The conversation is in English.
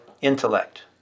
intellect